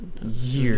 Years